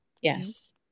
yes